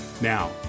Now